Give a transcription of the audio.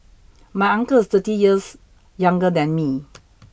my uncle is thirty years younger than me